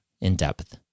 in-depth